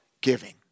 giving